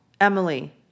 Emily